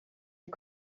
est